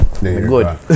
good